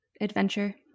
Adventure